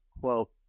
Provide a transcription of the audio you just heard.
quote